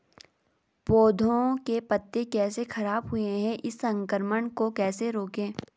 पौधों के पत्ते कैसे खराब हुए हैं इस संक्रमण को कैसे रोकें?